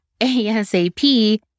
ASAP